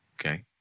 Okay